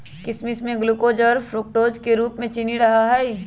किशमिश में ग्लूकोज और फ्रुक्टोज के रूप में चीनी रहा हई